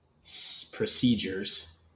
procedures